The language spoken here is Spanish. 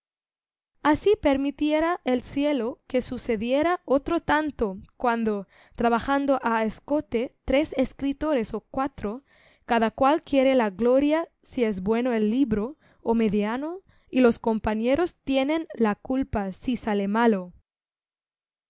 así permitiera el cielo que sucediera otro tanto cuando trabajando a escote tres escritores o cuatro cada cual quiere la gloria si es bueno el libro o mediano y los compañeros tienen la culpa si sale malo